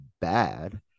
bad